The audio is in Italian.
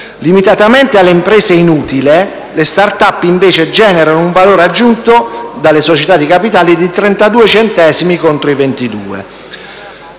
Limitatamente alle imprese in utile, le *start-up* generano invece più valore aggiunto delle società di capitali (32 centesimi contro 22).